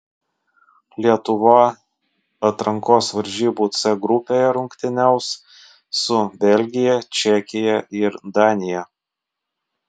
lietuva atrankos varžybų c grupėje rungtyniaus su belgija čekija ir danija